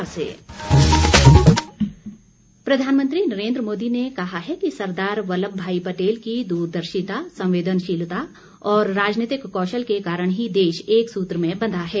मन की बात प्रधानमंत्री नरेन्द्र मोदी ने कहा है कि सरदार वल्लभ भाई पटेल की दूरदर्शिता संवेदनशीलता और राजनीतिक कौशल के कारण ही देश एक सूत्र में बंधा है